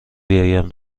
بیایم